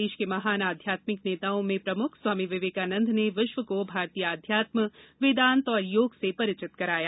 देश के महान आध्यात्मिक नेताओं में प्रमुख स्वामी विवेकानंद ने विश्व को भारतीय आध्यात्म वेदांत और योग से परिचित कराया